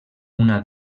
una